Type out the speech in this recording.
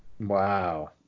Wow